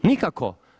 Nikako.